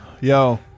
yo